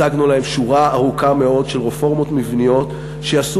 הצגנו להם שורה ארוכה מאוד של רפורמות מבניות שיעשו